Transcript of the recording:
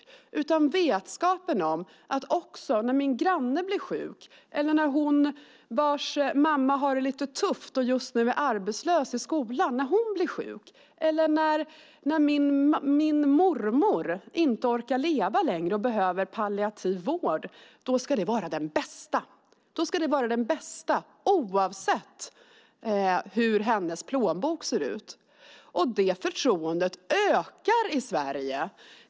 Det handlar om vetskapen om att när min granne blir sjuk, eller när hon i skolan vars mamma har det lite tufft och just nu är arbetslös blir sjuk, eller när min mormor inte orkar leva längre och behöver palliativ vård - då ska vården vara den bästa. Det ska vara den bästa oavsett hur plånboken ser ut. Detta förtroende ökar i Sverige.